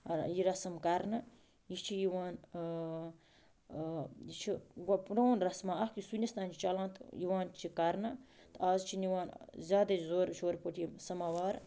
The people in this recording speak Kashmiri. یہِ رَسَم کرنہٕ یہِ چھِ یِوان یہِ چھُ اَکھ پرون رَسٕمہ اَکھ یُس ؤنِس تانۍ چھُ چلان تہٕ یِوان چھِ کرنہٕ تٕہ آز چھِ نِوان زیادٕے زورٕ شورٕ پٲٹھۍ یہِ سَماوار